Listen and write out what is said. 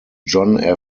john